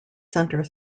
centre